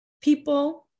people